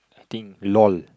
I think lol